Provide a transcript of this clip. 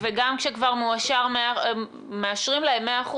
גם כשכבר מאשרים להם 100%,